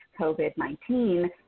COVID-19